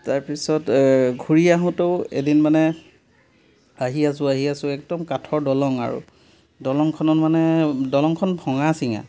তাৰপিছত ঘূৰি আহোঁতেও এদিন মানে আহি আছোঁ আহি আছোঁ একদম কাঠৰ দলং আৰু দলঙখনত মানে দলঙখন ভঙা চিঙা